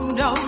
no